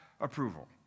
approval